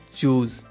choose